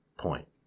point